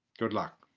good luck.